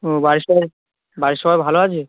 ও বাড়ির সবাই বাড়ির সবাই ভালো আছে